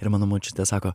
ir mano močiutė sako